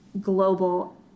global